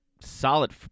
solid